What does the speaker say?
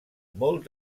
molt